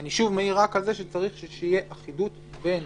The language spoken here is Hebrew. אבל אני שוב מעיר רק על זה שצריך שתהיה אחידות בין